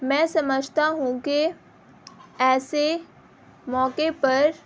میں سمجھتا ہوں کہ ایسے موقعے پر